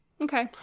Okay